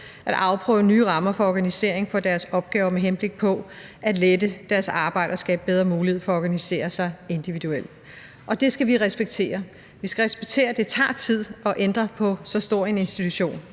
at afprøve nye rammer for organisering af deres opgaver med henblik på at lette deres arbejde og skabe bedre mulighed for at organisere sig individuelt. Og det skal vi respektere – vi skal respektere, at det tager tid at ændre på så stor en institution.